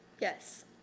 Yes